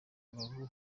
rubavu